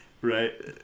Right